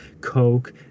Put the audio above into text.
coke